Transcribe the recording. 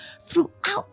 throughout